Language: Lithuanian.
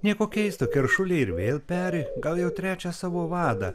nieko keista keršuliai ir vėl peri gal jau trečią savo vadą